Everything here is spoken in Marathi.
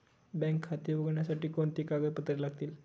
बँक खाते उघडण्यासाठी कोणती कागदपत्रे लागतील?